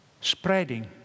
spreading